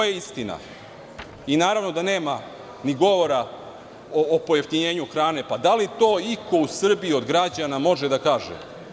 Naravno da nema ni govora o pojeftinjenju hrane, pa da li to iko u Srbiji od građana može da kaže?